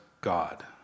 God